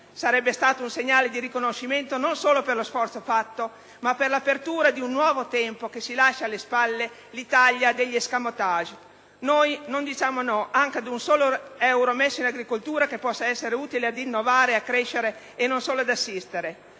Sarebbe stato un segnale di riconoscimento non solo per lo sforzo fatto, ma per l'apertura di un nuovo tempo che si lasci alle spalle l'Italia degli *escamotage*. Noi non diciamo no anche ad un solo euro messo in agricoltura, che possa essere utile ad innovare, a crescere e non solo ad assistere,